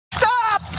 stop